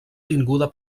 tinguda